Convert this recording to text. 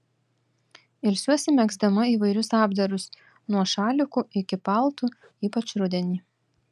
ilsiuosi megzdama įvairius apdarus nuo šalikų iki paltų ypač rudenį